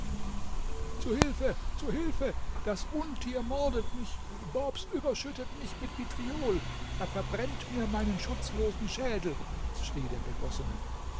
zu hilfe zu hilfe das untier mordet mich bobs überschüttet mich mit vitriol er verbrennt mir meinen schutzlosen schädel schrie der begossene